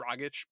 Dragic